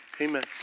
Amen